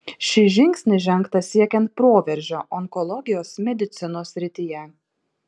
šis žingsnis žengtas siekiant proveržio onkologijos medicinos srityje